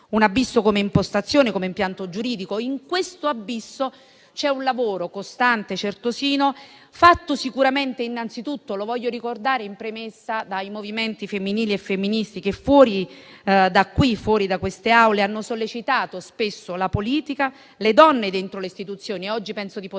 in termini di impostazione e di impianto giuridico. In questo abisso c'è un lavoro costante e certosino fatto sicuramente innanzitutto - lo voglio ricordare in premessa - dai movimenti femminili e femministi che fuori da queste Aule hanno sollecitato spesso la politica e le donne dentro le istituzioni - e oggi penso di poter